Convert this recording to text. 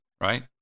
right